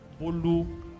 Bolu